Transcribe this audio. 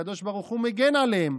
הקדוש ברוך הוא מגן עליהם.